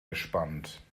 gespannt